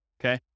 okay